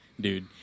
dude